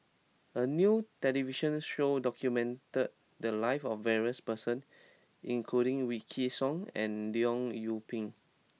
a new television show documented the lives of various person including Wykidd Song and Leong Yoon Pin